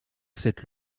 cette